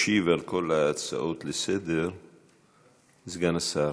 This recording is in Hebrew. ישיב על כל ההצעות לסדר-היום סגן השר,